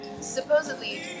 supposedly